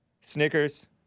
Snickers